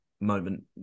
moment